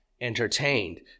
entertained